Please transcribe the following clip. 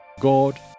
God